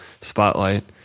spotlight